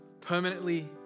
permanently